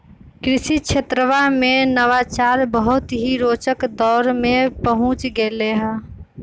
कृषि क्षेत्रवा में नवाचार बहुत ही रोचक दौर में पहुंच गैले है